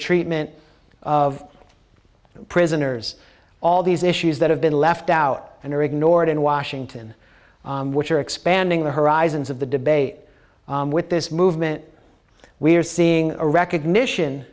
treatment of prisoners all these issues that have been left out and are ignored in washington which are expanding the horizons of the debate with this movement we're seeing a recognition